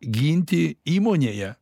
ginti įmonėje